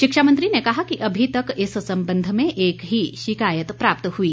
शिक्षामंत्री ने कहा कि अभी तक इस संबंध में एक ही शिकायत प्राप्त हुई